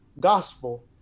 gospel